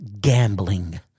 gambling